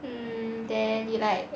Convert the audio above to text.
mm then you like